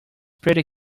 pretty